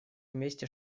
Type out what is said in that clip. вместе